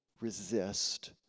resist